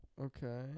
Okay